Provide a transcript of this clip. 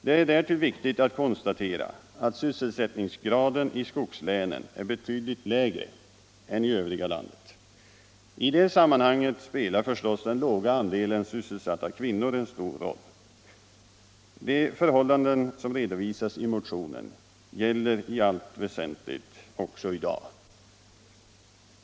Det är därtill viktigt att konstatera att sysselsättningsgraden i skogslänen är betydligt lägre än i övriga landet. I det sammanhanget spelar förstås den låga andelen sysselsatta kvinnor en stor roll. De förhållanden som redovisas i motionen gäller i allt väsentligt också i dag.